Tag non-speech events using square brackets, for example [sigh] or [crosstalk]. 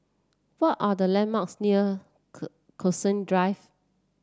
what are the landmarks near [unintelligible] Cactus Drive